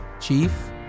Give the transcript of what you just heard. Chief